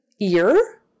ear